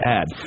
add